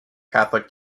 catholic